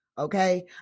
okay